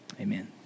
Amen